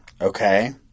Okay